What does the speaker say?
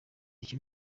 icyo